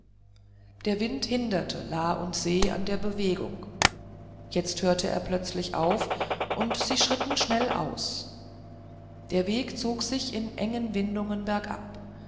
der wind hinderte la und se an der bewegung jetzt hörte er plötzlich auf und sie schritten schnell aus der weg zog sich in engen windungen bergab